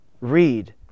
Read